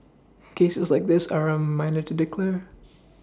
cases like this are a reminder to declare